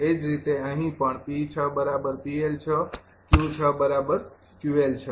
એ જ રીતે અહીં પણ 𝑃૬𝑃𝐿૬ 𝑄૬𝑄𝐿૬